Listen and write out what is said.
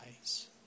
eyes